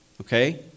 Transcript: Okay